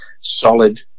solid